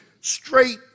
straight